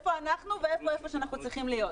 איפה אנחנו, ואיפה המקום שבו אנחנו צריכים להיות?